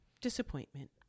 disappointment